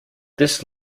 this